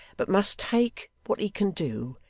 but must take what he can do,